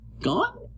gone